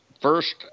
first